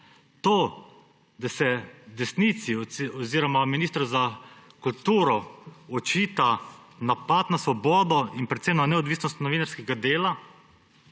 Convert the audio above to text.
To, da se desnici oziroma ministru za kulturo očita napad na svobodo in predvsem na neodvisnost novinarskega dela,